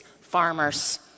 farmers